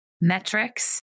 metrics